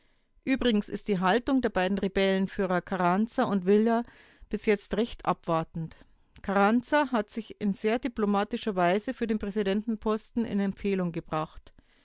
übrigens ist die haltung der beiden rebellenführer carranza und villa bis jetzt recht abwartend carranza hat sich in sehr diplomatischer weise für den präsidentenposten in empfehlung gebracht